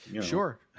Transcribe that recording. Sure